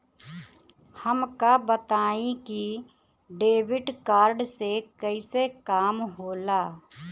हमका बताई कि डेबिट कार्ड से कईसे काम होला?